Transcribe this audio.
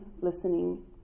listening